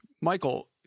Michael